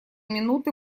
минуты